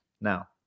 Now